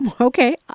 Okay